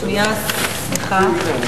שנייה, סליחה.